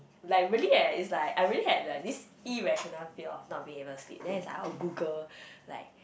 like really eh is like I already have like this irrational feel of not being able to sleep then is like I will Google like